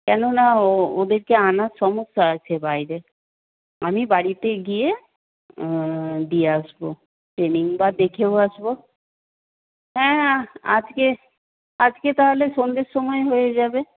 কেন না ওদেরকে আনার সমস্যা আছে বাইরে আমি বাড়িতে গিয়ে দিয়ে আসবো ট্রেনিং বা দেখেও আসবো হ্যাঁ আজকে আজকে তাহলে সন্ধ্যের সময় হয়ে যাবে